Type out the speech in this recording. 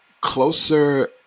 closer